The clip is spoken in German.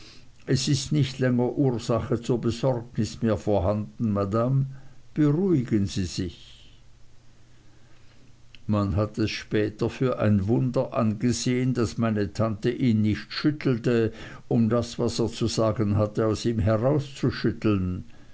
es ist nicht länger ursache zur besorgnis mehr vorhanden madame beruhigen sie sich man hat es später für ein wunder angesehen daß meine tante ihn nicht schüttelte um das was er zu sagen hatte aus ihm herauszuschütteln